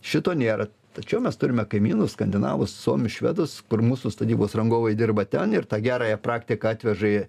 šito nėra tačiau mes turime kaimynus skandinavus suomius švedus kur mūsų statybos rangovai dirba ten ir tą gerąją praktiką atveža į